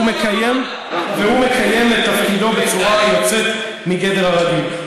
והוא מקיים את תפקידו בצורה יוצאת מגדר הרגיל.